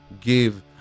give